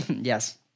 yes